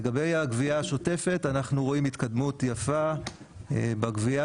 לגבי הגבייה השוטפת אנחנו רואים התקדמות יפה בגבייה,